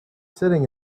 sitting